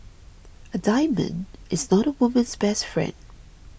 a diamond is not a woman's best friend